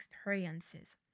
experiences